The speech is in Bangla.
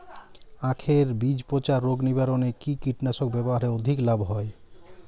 আঁখের বীজ পচা রোগ নিবারণে কি কীটনাশক ব্যবহারে অধিক লাভ হয়?